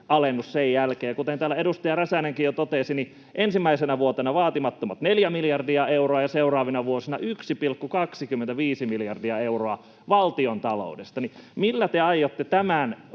sen jälkeen. Kuten täällä edustaja Räsänenkin jo totesi, ensimmäisenä vuotena vaatimattomat neljä miljardia euroa ja seuraavina vuosina 1,25 miljardia euroa valtiontaloudesta. Millä te aiotte tämän